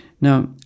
Now